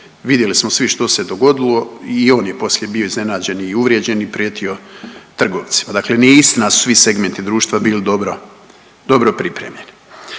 Vidjeli smo svi što se dogodilo i on je poslije bio iznenađen i uvrijeđen i prijetio trgovcima. Dakle, nije istina da su svi segmenti društva bili dobro, dobro pripremljeni.